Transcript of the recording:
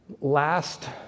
Last